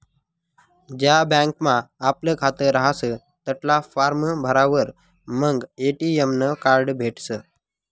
ज्या बँकमा आपलं खातं रहास तठला फार्म भरावर मंग ए.टी.एम नं कार्ड भेटसं